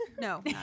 no